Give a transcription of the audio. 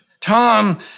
Tom